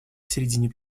середине